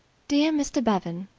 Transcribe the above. dear mr. bevan,